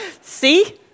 See